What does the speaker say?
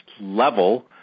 level